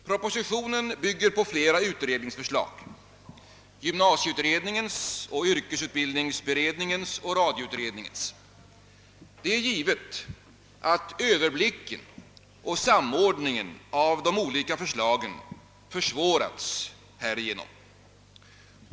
Propositionen bygger på flera utredningsförslag — gymnasieutredningens, yrkesutbildningsberedningens och radioutredningens. Det är givet att överblicken över och samordningen av de olika förslagen härigenom har försvårats.